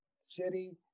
city